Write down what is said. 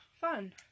fun